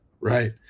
right